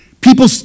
People